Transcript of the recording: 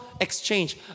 exchange